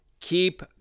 keep